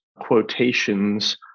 quotations